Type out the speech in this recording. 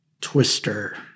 Twister